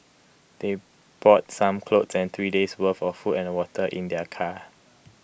they brought some clothes and three days' worth of food and water in their car